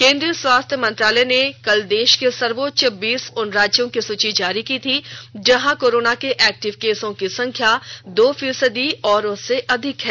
केंद्रीय स्वास्थ्य मंत्रालय ने कल देश के सर्वोच्च बीस उन राज्यों की सूची जारी की थी जहां कोरोना के एक्टिव केसों की संख्या दो फीसदी और उससे अधिक है